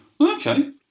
Okay